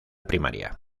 primaria